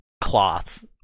cloth